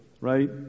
right